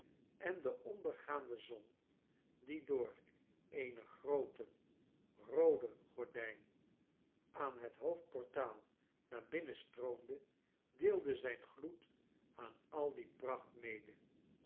en de ondergaande zon die door eene groote roode gordijn aan het hoofdportaal naar binnen stroomde deelde zijn gloed aan al die pracht mede